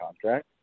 contract